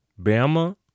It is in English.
Bama